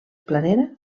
planera